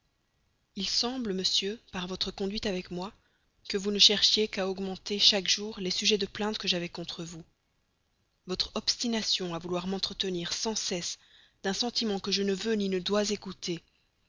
il semble monsieur par votre conduite avec moi que vous ne cherchiez qu'à augmenter chaque jour les sujets de plainte que j'avais contre vous votre obstination à vouloir m'entretenir sans cesse d'un sentiment que je veux ni ne doit écouter